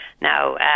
now